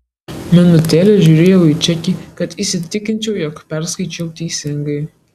vaje minutėlę žiūrėjau į čekį kad įsitikinčiau jog perskaičiau teisingai